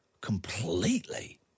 completely